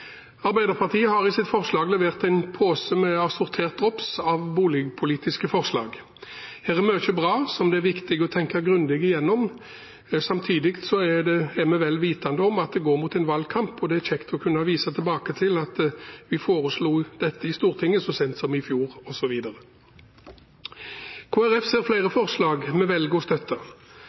Arbeiderpartiet har med sine forslag levert en pose assortert drops av boligpolitiske forslag. Her er mye bra som det er viktig å tenke grundig gjennom. Samtidig er vi vel vitende om at det går mot en valgkamp, og det er kjekt å kunne vise tilbake til: Vi foreslo dette i Stortinget så sent som i fjor osv. Kristelig Folkeparti ser flere forslag vi velger å støtte,